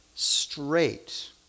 straight